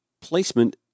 placement